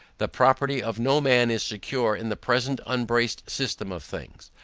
the property of no man is secure in the present unbraced system of things.